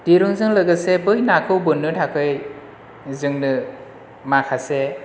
दिरुंजों लोगोसे बै नाखौ बोन्नो थाखाय जोंनो माखासे